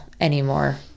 anymore